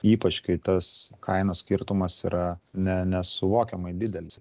ypač kai tas kainų skirtumas yra ne nesuvokiamai didelis